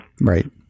right